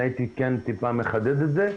הייתי מחדד את זה.